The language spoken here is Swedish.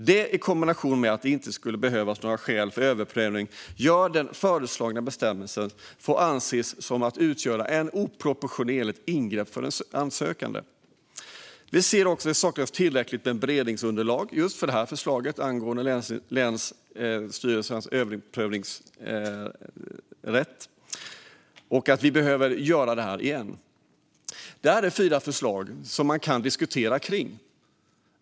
Detta i kombination med att det inte skulle behövas några skäl för överprövningen gör att den föreslagna bestämmelsen får anses utgöra ett oproportionerligt ingrepp för den sökande. Vi ser också att det saknas tillräckligt beredningsunderlag för förslaget angående länsstyrelsens överprövningsrätt och att detta behöver göras igen. Dessa förslag kan man diskutera omkring.